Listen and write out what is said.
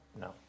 No